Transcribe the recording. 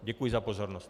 Děkuji za pozornost.